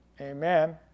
Amen